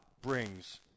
brings